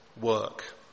work